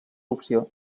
opció